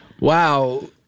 Wow